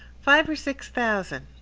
five or six thousand.